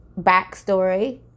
backstory